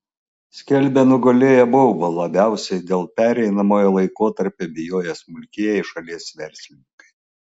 skelbia nugalėję baubą labiausiai dėl pereinamojo laikotarpio bijoję smulkieji šalies verslininkai